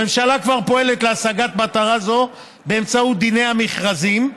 הממשלה כבר פועלת להשגת מטרה זו באמצעות דיני המכרזים.